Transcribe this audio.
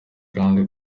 kandi